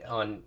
on